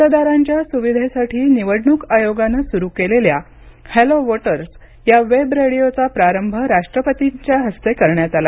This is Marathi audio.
मतदारांच्या सुविधेसाठी निवडणूक आयोगानं सुरू केलेल्या हॅलो वोटर्स या वेब रेडिओचा प्रारंभ राष्ट्रपतींच्या हस्ते करण्यात आला